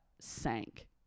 sank